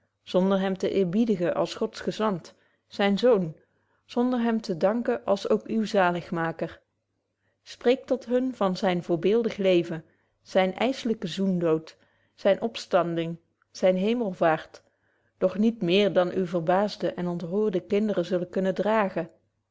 zonder hem te eerbiedigen als gods gezant zynen zoon zonder hem te danken als ook uwen zaligmaker spreekt tot hun van zyn voorbeeldig leven zynen ysselyken zoendood zyne opstanding zyne hemelvaart doch niet meer dan uwe verbaasde en ontroerde kinderen zullen kunnen dragen